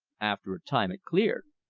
after a time it cleared.